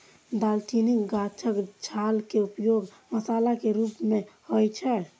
दालचीनी गाछक छाल के उपयोग मसाला के रूप मे होइ छै